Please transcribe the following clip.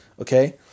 okay